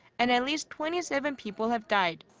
and at least twenty seven people have died.